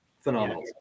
Phenomenal